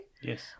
Yes